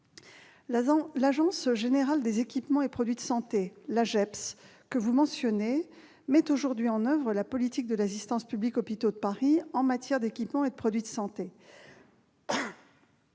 L'Agence générale des équipements et produits de santé, l'AGEPS, que vous mentionniez, met aujourd'hui en oeuvre la politique de l'Assistance publique-Hôpitaux de Paris en matière d'équipements et de produits de santé.